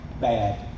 bad